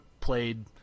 played